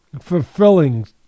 fulfilling